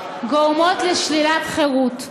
גורמות לשלילת חירות.